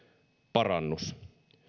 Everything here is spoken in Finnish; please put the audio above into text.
parannus